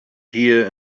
here